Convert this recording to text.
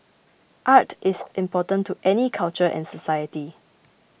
art is important to any culture and society